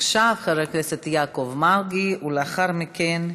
עכשיו חבר הכנסת יעקב מרגי, ולאחר מכן,